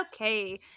Okay